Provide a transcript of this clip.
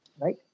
right